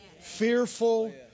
fearful